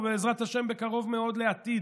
ובעזרת השם בקרוב מאוד לעתיד,